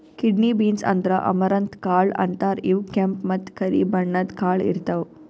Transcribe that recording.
kidney beans ಅಂದ್ರ amaranth ಕಾಳ್ ಅಂತಾರ್ ಇವ್ ಕೆಂಪ್ ಮತ್ತ್ ಕರಿ ಬಣ್ಣದ್ ಕಾಳ್ ಇರ್ತವ್